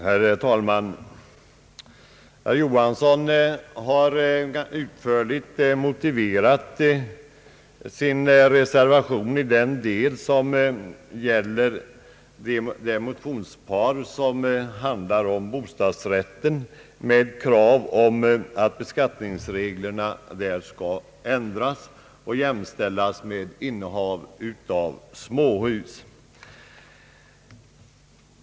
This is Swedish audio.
Herr talman! Herr Tage Johansson har utförligt motiverat sin reservation i den del som gäller motionsparet om bostadsrätten, med krav om att beskattningsreglerna skall ändras så att bostadsrätten jämställes med innehav av småhus.